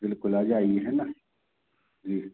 बिलकुल आ जाइए है ना जी